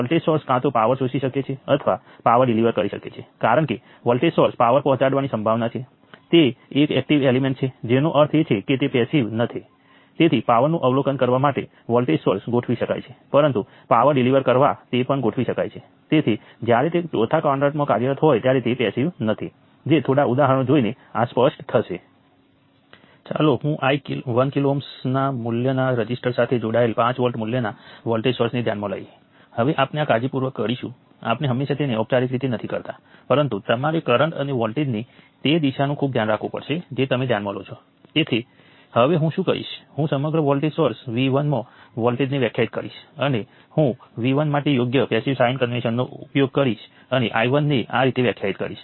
તેથી નોડ 1 ઉપર આપણી પાસે i 1 i 2 i 6 i 8 થી 0 હશે નોડ 2 ઉપર મારી પાસે ફરીથી નોડને છોડતા કરંટોનો સરવાળો 0 હશે જે i 3 i 6 i 7 બરાબર 0 છે નોડ 3 જે i 4 i 5 i 7 i 8 શૂન્ય થવાનું છે અને છેલ્લે નોડ 4 ઉપર આપણે નોડને છોડતા કરંટોનો સરવાળો લઈશું જે i 1 i 2 i 3 i 4 i 5 છે